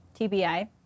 TBI